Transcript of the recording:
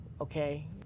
okay